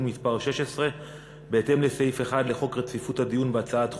מס' 16). בהתאם לסעיף 1 לחוק רציפות הדיון בהצעת חוק,